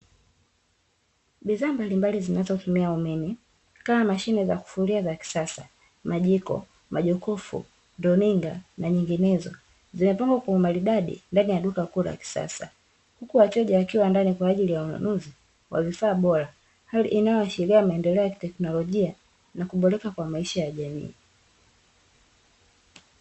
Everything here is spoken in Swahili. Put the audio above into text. Bidhaa mbalimbali zinazotumia umeme kama mashine za kufulia za kisasa, majiko, majokofu, runinga na nyinginezo. Zimepangwa kwa umaridadi ndani ya duka kubwa la kisasa. Huku wateja wakiwa ndani kwa ajili ya ununuzi, wa vifaa bora. Hali inayoashiria maendeleo ya kiteknolojia na kuboreka kwa maisha ya jamii.